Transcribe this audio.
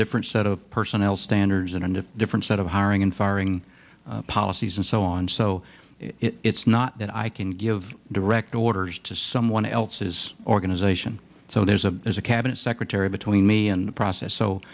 different set of personnel standards and a different set of hiring and firing policies and so on so it's not that i can give direct orders to someone else's organization so there's a there's a cabinet secretary between me and the process so